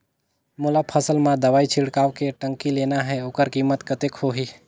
मोला फसल मां दवाई छिड़काव के टंकी लेना हे ओकर कीमत कतेक होही?